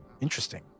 interesting